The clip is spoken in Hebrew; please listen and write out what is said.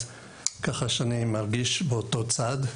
כך שאני מרגיש באותו צד.